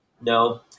No